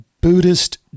buddhist